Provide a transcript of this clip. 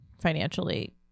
financially